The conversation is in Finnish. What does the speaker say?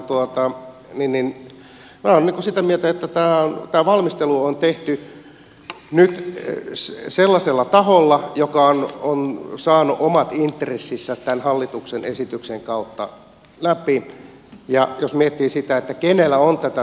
mutta minä olen sitä mieltä että tämä valmistelu on tehty nyt sellaisella taholla joka on saanut omat intressinsä tämän hallituksen esityksen kautta läpi ja jos miettii sitä kenellä on tätä